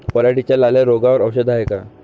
पराटीच्या लाल्या रोगावर औषध हाये का?